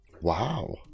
Wow